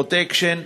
"פרוטקשן",